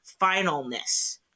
finalness